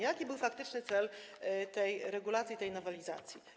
Jaki był faktyczny cel tej regulacji, tej nowelizacji?